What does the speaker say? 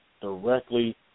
directly